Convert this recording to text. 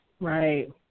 Right